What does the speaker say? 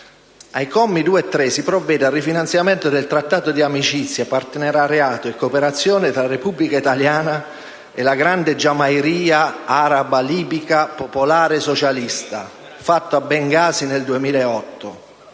Ai commi 2 e 3, si provvede al rifinanziamento del Trattato di amicizia, partenariato e cooperazione tra la Repubblica italiana e la Grande Giamahiria araba libica popolare socialista, fatto a Bengasi nel 2008.